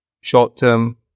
short-term